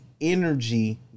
energy